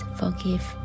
forgive